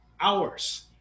hours